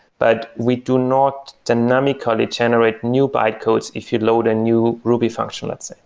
but we do not dynamically generate new bytecodes if you load a new ruby function, let's say.